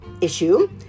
issue